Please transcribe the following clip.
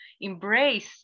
embrace